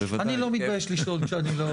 אני לא מתבייש לשאול כשאני לא יודע.